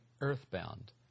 earthbound